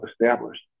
established